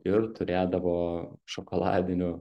ir turėdavo šokoladinių